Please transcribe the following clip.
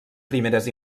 primeres